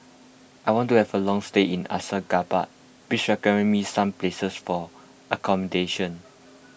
I want to have a long stay in Ashgabat please recommend me some places for accommodation